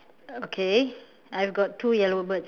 okay I have got two yellow birds